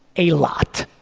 a lot.